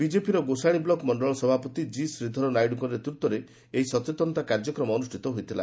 ବିଜେପିର ଗୋଷାଶୀ ବ୍ଲକ୍ ମଖଳ ସଭାପତି ଜି ଶ୍ରୀଧର ନାଇଡୁଙ୍କ ନେତୃତ୍ୱରେ ଏହି ସଚେତନତା କାର୍ଯ୍ୟକ୍ରମ ଅନୁଷ୍ଷିତ ହୋଇଥିଲା